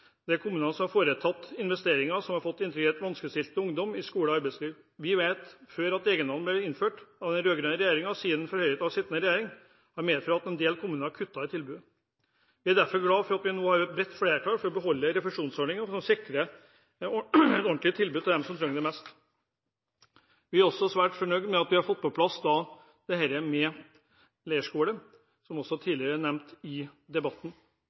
kommunene som har foretatt investeringer, og som har fått integrert vanskeligstilte ungdommer i skole og arbeidsliv. Vi vet fra før at egenandelen som ble innført av den rød-grønne regjeringen, og som siden ble forhøyet av den sittende regjeringen, har medført at en del kommuner har kuttet i tilbudet. Vi er derfor glade for at vi nå har et bredt flertall for å beholde refusjonsordningen, som sikrer et ordentlig tilbud til dem som trenger det mest. Vi er også svært fornøyd med at vi har fått på plass dette med leirskole, som også er nevnt tidligere i debatten.